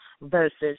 versus